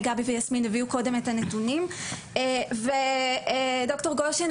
גבי ויסמין הביאו קודם את הנתונים ודוקטור גושן